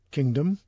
Kingdom